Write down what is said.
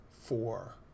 four